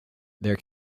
their